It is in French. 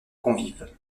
convives